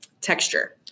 texture